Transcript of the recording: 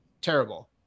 terrible